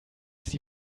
sie